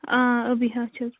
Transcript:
آ ابھیٖہا چھَس بہٕ